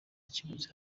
kiguzi